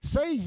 Say